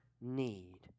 need